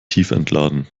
tiefentladen